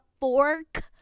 fork